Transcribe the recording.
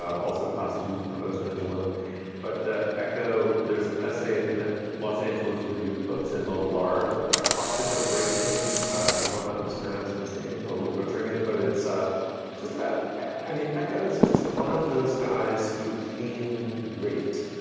also possibly fonkoze pendulum but the echo. there's an essay in the los angeles review of books in the like kostka breda tin. i hope i'm not mispronouncing his name, totally butchering it, but it's ah just about i mean, echoes just one of those guys who came late,